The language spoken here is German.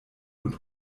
und